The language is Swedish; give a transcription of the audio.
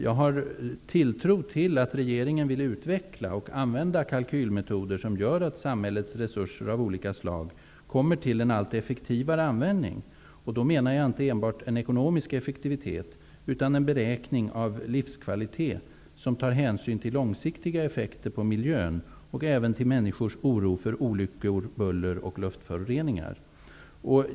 Jag har tilltro till att regeringen vill utveckla och använda kalkylmetoder som gör att samhällets resurser av olika slag kommer till en allt effektivare användning. Då menar jag inte enbart en ekonomisk effektivitet utan en beräkning av livskvalitet som tar hänsyn till långsiktiga effekter på miljön och även till människors oro för olyckor, buller och luftföroreningar.